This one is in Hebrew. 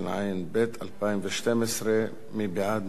התשע"ב 2012. מי בעד?